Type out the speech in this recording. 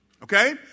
Okay